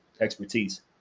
expertise